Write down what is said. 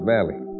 Valley